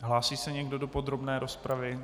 Hlásí se někdo do podrobné rozpravy?